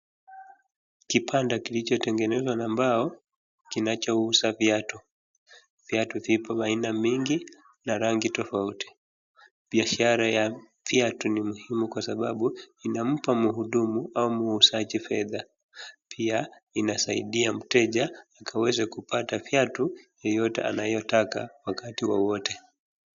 Kibanda kilichotengenezwa na mbao kinacho uza viatu. Viatu vipo aina mingi na rangi tofauti. Biashara ya viatu ni muhimu kwa sababu inampa mhudumu au muuzaji fedha. Pia inasaidia mteja kuweza kupata viatu yoyote anayotaka wakati wowote.